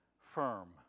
firm